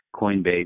coinbase